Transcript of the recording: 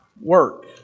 Work